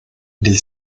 del